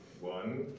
One